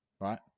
right